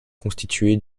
constitué